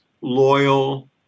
loyal